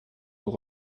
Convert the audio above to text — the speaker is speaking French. vous